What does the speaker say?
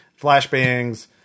flashbangs